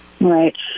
Right